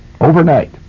overnight